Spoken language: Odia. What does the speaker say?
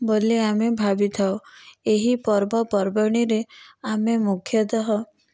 ବୋଲି ଆମେ ଭାବିଥାଉ ଏହି ପର୍ବପର୍ବାଣିରେ ଆମେ ମୁଖ୍ୟତଃ